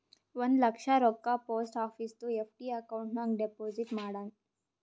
ಒಂದ್ ಲಕ್ಷ ರೊಕ್ಕಾ post ಆಫೀಸ್ದು FD account ನಾಗ್ deposit ಮಾಡಿನ್